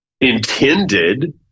intended